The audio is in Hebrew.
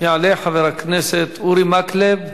יעלה חבר הכנסת אורי מקלב,